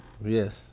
Yes